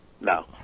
no